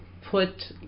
put